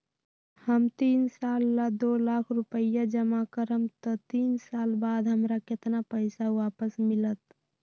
हम तीन साल ला दो लाख रूपैया जमा करम त तीन साल बाद हमरा केतना पैसा वापस मिलत?